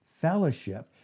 fellowship